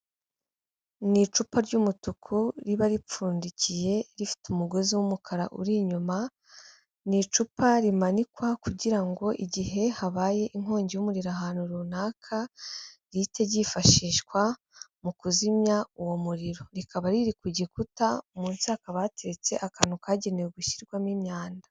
Mu icupa ry'umutuku riba ripfundikiye rifite umugozi w'umukara uri inyuma. Ni icupa rimanikwa kugira ngo igihe habaye inkongi y'umuriro ahantu runaka rihite ryifashishwa mu kuzimya uwo muriro. Rikaba riri ku gikuta munsi hakaba habatetse akantu kagenewe gushyirwamo imyanda.